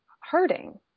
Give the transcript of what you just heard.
hurting